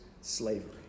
slavery